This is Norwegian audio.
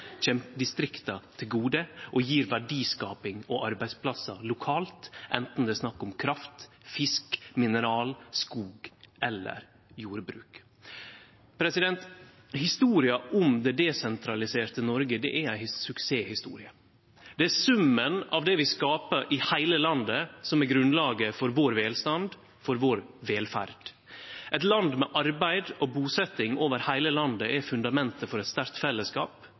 kjem distrikta til gode og gjev verdiskaping og arbeidsplassar lokalt, anten det er snakk om kraft, fisk, mineral, skog eller jordbruk. Historia om det desentraliserte Noreg er ei suksesshistorie. Det er summen av det vi skapar i heile landet, som er grunnlaget for vår velstand, for vår velferd. Eit land med arbeid og busetjing over heile landet er fundamentet for eit sterkt fellesskap